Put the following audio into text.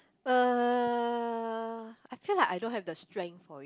uh I feel like I don't have the strength for it